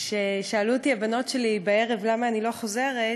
כששאלו אותי הבנות שלי בערב למה אני לא חוזרת,